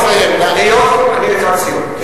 אני לקראת סיום.